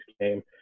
game